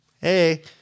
Hey